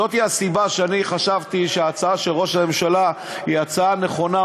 זאת הסיבה שאני חשבתי שההצעה של ראש הממשלה היא הצעה נכונה,